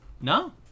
No